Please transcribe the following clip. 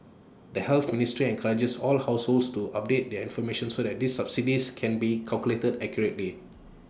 the health ministry encourages all households to update their information so these subsidies can be calculated accurately